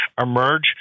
emerge